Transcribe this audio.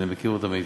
אני מכיר אותם היטב.